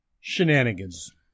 Shenanigans